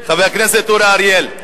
חבר הכנסת אורי אריאל.